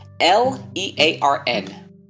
L-E-A-R-N